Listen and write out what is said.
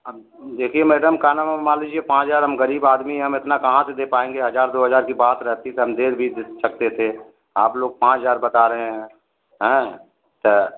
अब देखिए मैडम का नाम है मान लीजिए पाँच हजार हम गरीब आदमी हैं हम इतना कहाँ से दे पाएँगे हजार दो हजार की बात रहती तो हम दे भी द सकते थे आप लोग पाँच हजार बता रहे है आँय तो